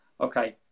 okay